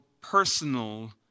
personal